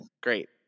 great